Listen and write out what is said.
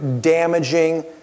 damaging